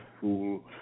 fool